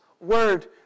word